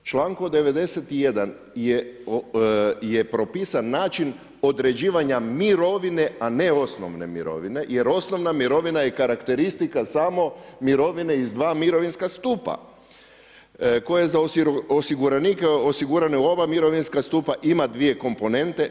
Člankom 91. je propisan način određivanja mirovine, a ne osnovne mirovine jer osnovna mirovina je karakteristika samo mirovine iz dva mirovinska stupa koje za osiguranike osigurane u oba mirovinska stupa ima dvije komponente.